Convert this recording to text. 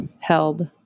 held